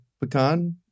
pecan